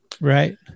Right